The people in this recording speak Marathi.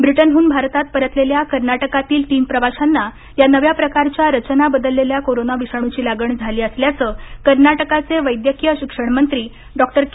ब्रिटनहून भारतात परतलेल्या कर्नाटकातील तीन प्रवाश्यांना या नव्या प्रकारच्या रचना बदललेल्या कोरोना विषाणूची लागण झाली असल्याचं कर्नाटकाचे वैद्यकीय शिक्षणमंत्री डॉक्टर के